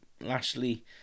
Lashley